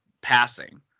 passing